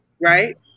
right